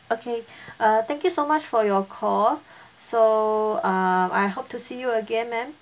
okay uh thank you so much for your call so uh I hope to see you again ma'am